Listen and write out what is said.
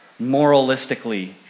moralistically